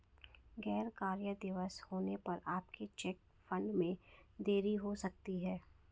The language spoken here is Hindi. गैर कार्य दिवस होने पर आपके चेक फंड में देरी हो सकती है